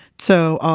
so,